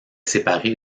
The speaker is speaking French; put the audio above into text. séparé